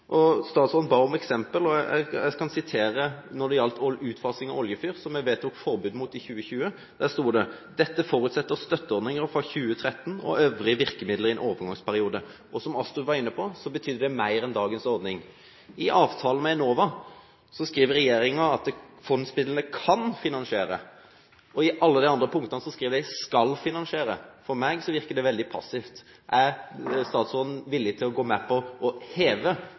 Statsråden ba om eksempler, og jeg kan sitere når det gjaldt utfasing av oljefyr, som vi vedtok å forby fra 2020. I Prop. 1 S for 2012–2013 sto det: «Dette forutsetter støtteordninger fra 2013 og øvrige virkemidler i en overgangsperiode.» Som Astrup var inne på, innebærer det mer enn dagens ordning. I avtalen med Enova skriver regjeringen at fondsmidlene kan finansiere, i alle de andre punktene skriver de skal finansiere. For meg virker det veldig passivt. Er statsråden villig til å gå med på å heve